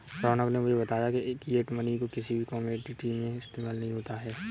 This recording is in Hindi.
रौनक ने मुझे बताया की फिएट मनी को किसी भी कोमोडिटी में इस्तेमाल नहीं होता है